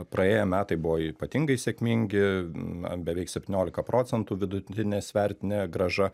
praėję metai buvo ypatingai sėkmingi na beveik septyniolika procentų vidutinė svertinė grąža